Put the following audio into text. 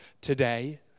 today